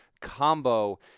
combo